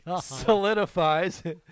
solidifies